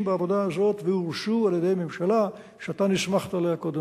בעבודה הזאת והורשו על-ידי ממשלה שאתה נסמכת עליה קודם,